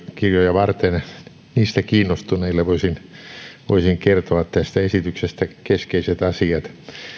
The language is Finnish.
varten niistä kiinnostuneille voisin kertoa tästä esityksestä keskeiset asiat